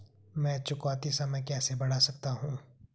मैं चुकौती समय कैसे बढ़ा सकता हूं?